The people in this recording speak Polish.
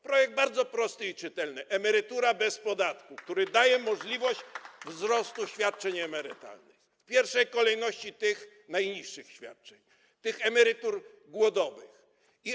Projekt jest bardzo prosty i czytelny: emerytura bez podatku, który daje możliwość wzrostu świadczeń emerytalnych, w pierwszej kolejności tych najniższych świadczeń, tych głodowych emerytur.